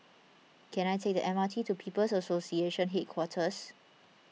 can I take the M R T to People's Association Headquarters